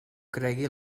cregui